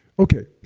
okay,